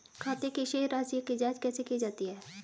खाते की शेष राशी की जांच कैसे की जाती है?